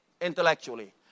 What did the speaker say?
intellectually